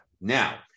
Now